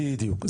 בדיוק.